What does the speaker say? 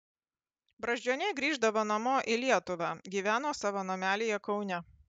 brazdžioniai grįždavo namo į lietuvą gyveno savo namelyje kaune